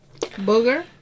Booger